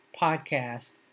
podcast